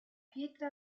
pietre